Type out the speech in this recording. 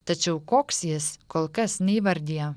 tačiau koks jis kol kas neįvardija